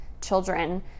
children